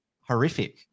horrific